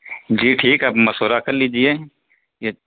جی ٹھیک ہے آپ مشورہ کر لیجیے یہ